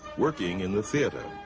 working in the theatre.